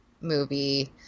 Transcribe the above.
movie